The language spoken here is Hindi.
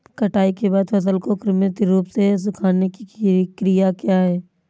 कटाई के बाद फसल को कृत्रिम रूप से सुखाने की क्रिया क्या है?